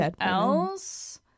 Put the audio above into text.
else